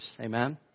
Amen